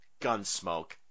Gunsmoke